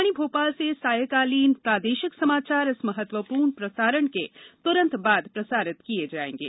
आकाशवाणी भोपाल से सायंकालीन प्रादेशिक समाचार इस महत्वपूर्ण प्रसारण के तुरंत बाद प्रसारित किये जाएंगे